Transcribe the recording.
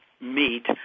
meet